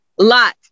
Lot